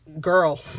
Girl